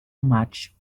much